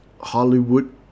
Hollywood